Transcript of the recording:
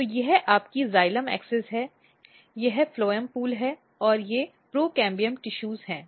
तो यह आपकी जाइलम धुरी है यह फ्लोएम पोल है और ये प्रोकैम्बियम टिशूज हैं